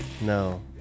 no